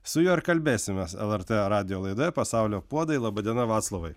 su juo ir kalbėsimės lrt radijo laida pasaulio puodai laba diena vaclovai